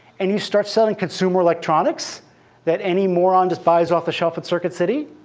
and you start selling consumer electronics that any moron just buys off the shelf at circuit city?